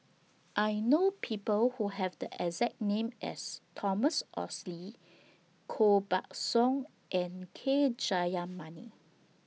I know People Who Have The exact name as Thomas Oxley Koh Buck Song and K Jayamani